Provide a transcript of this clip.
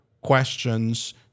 questions